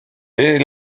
est